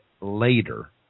later